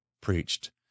preached